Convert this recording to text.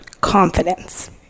Confidence